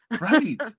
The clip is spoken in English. Right